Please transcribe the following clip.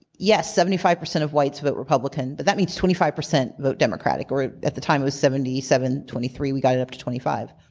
yes, seventy five percent of whites vote republican, but that means twenty five percent vote democratic, or at the time it was seventy seven, twenty three, we got it up to twenty five.